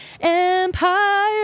Empire